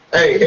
Hey